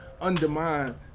undermine